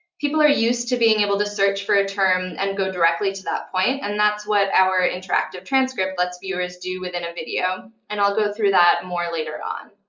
people are used to being able to search for a term and go directly to that point, and that's what our interactive transcript lets viewers do within a video. and i'll go through that more later on.